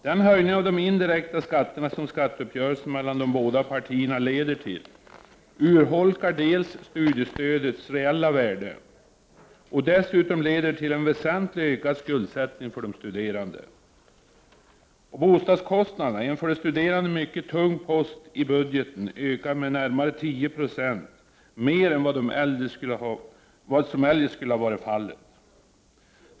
Den höjning av de indirekta skatterna som skatteuppgörelsen mellan de båda partierna leder till urholkar studiestödets reella värde och leder dessutom till en väsentligt ökad skuldsättning för de studerande. Bostadskostnaderna, en för de studerande mycket tung post i budgeten, ökar med ca 10 96 mer än vad som eljest skulle bli fallet.